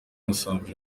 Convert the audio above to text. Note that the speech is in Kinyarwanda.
musambira